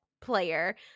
player